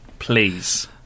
Please